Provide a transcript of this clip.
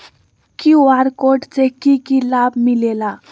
QR code से कि कि लाव मिलेला?